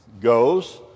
goes